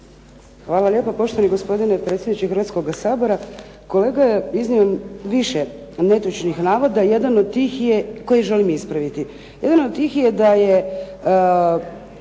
Hvala lijepo poštovani gospodine predsjedniče Hrvatskoga sabora. Kolega je iznio više netočnih navoda, jedan od tih